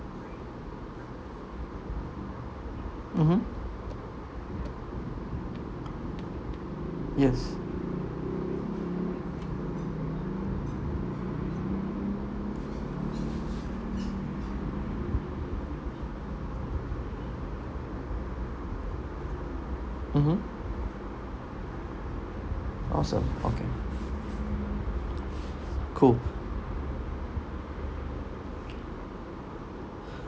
mmhmm yes mmhmm awesome okay cool